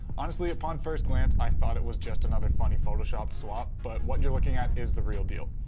honestly, upon first glance, i thought it was just another funny photoshop swap, but what you're looking at is the real deal.